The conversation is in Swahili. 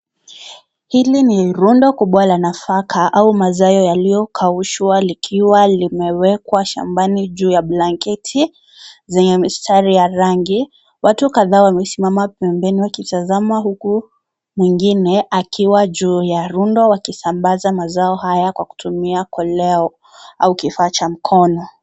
Hili ni rundo kubwa la nafaka , au mazao yaliyo kaushwa likiwa limewelwa shambani juu ya blanketi, zenye mistari ya rangi, watu kadhaa wamesimama pembeni wakitazama huku, mwingine, akiwa juu ya rundo, wakisambaza mazao haya kwa kutumia koleo au kifaa cha mkono.